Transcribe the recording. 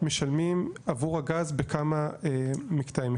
משלמים עבור הגז בכמה מקטעים,